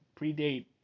predate